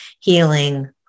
healing